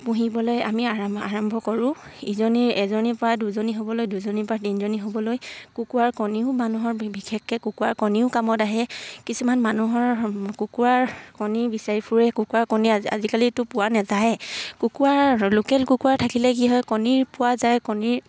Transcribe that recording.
পুহিবলৈ আমি আৰম্ভ কৰোঁ ইজনী এজনীৰ পৰা দুজনী হ'বলৈ দুজনীৰ পৰা তিনজনী হ'বলৈ কুকুৰাৰ কণীও মানুহৰ বিশেষকে কুকুৰাৰ কণীও কামত আহে কিছুমান মানুহৰ কুকুৰাৰ কণী বিচাৰি ফুৰে কুকুৰাৰ কণী আজিকালিটো পোৱা নেযায়েই কুকুৰাৰ লোকেল কুকুৰা থাকিলে কি হয় কণী পোৱা যায় কণীৰ